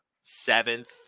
seventh